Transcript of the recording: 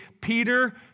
Peter